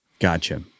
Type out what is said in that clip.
Gotcha